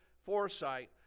foresight